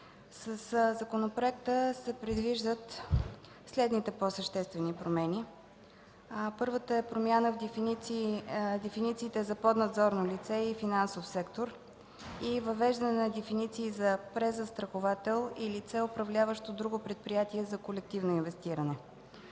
Със законопроекта се предвиждат следните по-съществени промени. Първата е промяна в дефинициите за „поднадзорно лице” и „финансов сектор“ и въвеждане на дефиниции за „презастраховател“ и „лице, управляващо друго предприятие за колективно инвестиране.“